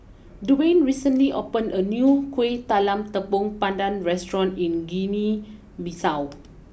Duane recently opened a new Kueh Talam Tepong Pandan restaurant in Guinea Bissau